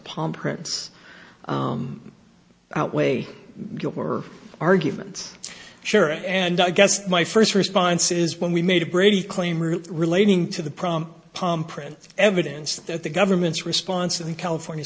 palm prints out weigh guilt or arguments sure and i guess my first response is when we made a brady claim or relating to the prom palm print evidence that the government's response to the california